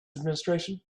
administration